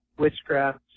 witchcraft